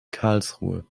karlsruhe